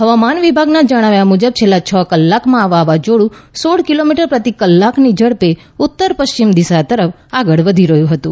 હવામાન વિભાગનાં જણાવ્યા મુજબ છેલ્લા છ કલાકમાં આ વાવાઝોડું સોળ કિલોમીટર પ્રતિ કલાકની ઝડપે ઉત્તર પશ્ચિમ દિશા તરફ આગળ વધી રહ્યું હતું